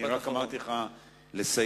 רק אמרתי לך לסיים.